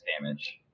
damage